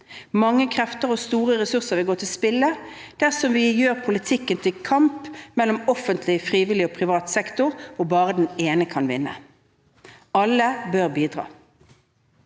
«Mange krefter og store ressurser vil gå til spille dersom vi gjør politikken til kamp mellom offentlig, frivillig og privat sektor, hvor bare den ene kan vinne.» Alle bør bidra.